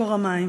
מקור המים.